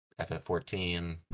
FF14